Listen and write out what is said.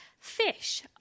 fish